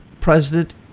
President